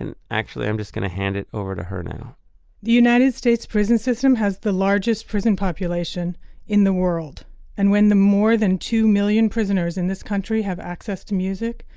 and actually, i'm just going to hand it over to her now the united states prison system has the largest prison population in the world and when the more than two million prisoners in this country have access to music,